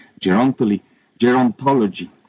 Gerontology